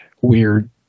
weird